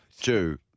two